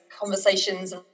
Conversations